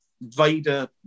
Vader